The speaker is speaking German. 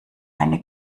eine